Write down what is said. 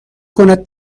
کند